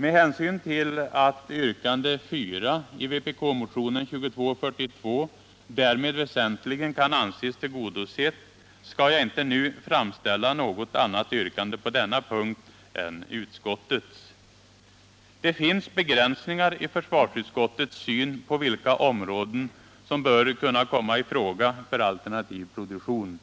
Med hänsyn till att yrkande 4 i vpk-motionen 2242 därmed väsentligen kan anses tillgodosett skall jag inte nu framställa något annat yrkande på denna punkt än utskottets. Det finns begränsningar i försvarsutskottets syn på vilka områden som bör kunna komma i fråga för alternativ produktion.